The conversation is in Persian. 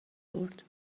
برد